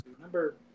number